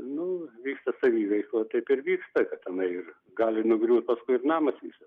nu vyksta saviveikla taip ir vyksta kad tenai ir gali nugriūt paskui ir namas visas